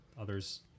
others